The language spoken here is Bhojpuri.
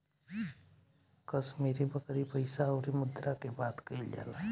कश्मीरी बकरी पइसा अउरी मुद्रा के बात कइल जाला